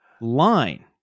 line